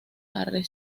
coral